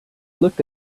looked